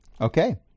Okay